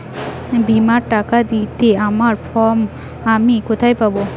বীমার টাকা দাবি করার ফর্ম আমি কোথায় পাব?